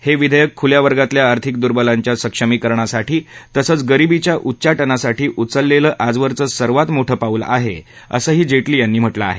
हे विधेयक खुल्या वर्गातल्या आर्थिक दुर्वलांच्या सक्षमीकरणासाठी तसंच गरीबीच्या उच्चाटनासाठी उचललेलं आजवरचं सर्वात मोठं पाऊल आहे असंही जेटली यांनी म्हटलं आहे